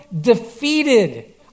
defeated